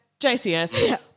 JCS